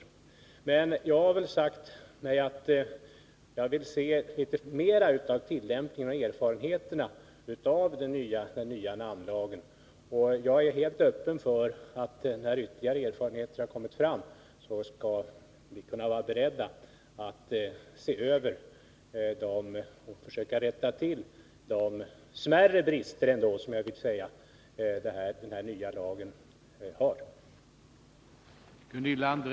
109 Jag har sagt mig att jag vill se litet mera av tillämpningen och erfarenheterna av den nya namnlagen. Jag är helt öppen för att vi, när ytterligare erfarenheter har kommit fram, skall kunna vara beredda att se över och försöka rätta till de — trots allt smärre — brister som den nya lagen har.